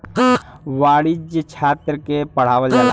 वाणिज्य छात्र के पढ़ावल जाला